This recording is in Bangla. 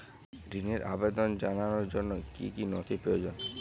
ঋনের আবেদন জানানোর জন্য কী কী নথি প্রয়োজন?